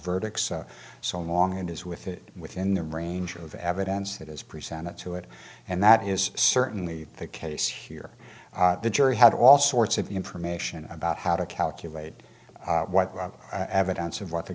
verdict so long and as with it within the range of evidence that is presented to it and that is certainly the case here the jury had all sorts of information about how to calculate what evidence of what the